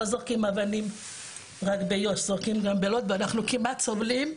לא זורקים אבנים רק ביו"ש זורקים גם בלוד ואנחנו כמעט סובלים,